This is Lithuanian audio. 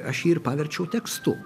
aš jį ir paverčiau tekstu